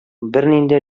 бернинди